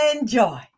enjoy